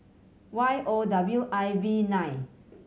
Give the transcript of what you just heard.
Y O W I V nine